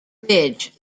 ridge